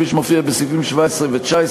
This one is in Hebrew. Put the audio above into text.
כפי שמופיע בסעיפים 17 ו-19,